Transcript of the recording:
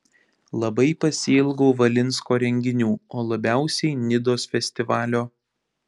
labai pasiilgau valinsko renginių o labiausiai nidos festivalio